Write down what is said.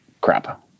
crap